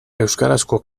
euskarazko